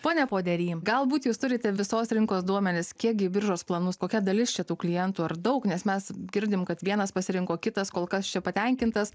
pone podery galbūt jūs turite visos rinkos duomenis kiek į biržos planus kokia dalis čia tų klientų ar daug nes mes girdim kad vienas pasirinko kitas kol kas čia patenkintas